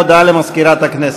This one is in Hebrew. הודעה למזכירת הכנסת.